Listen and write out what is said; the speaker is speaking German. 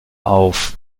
auf